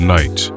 Night